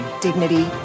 dignity